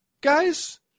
guys